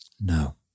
No